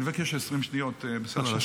אני מבקש 20 שניות להשלים.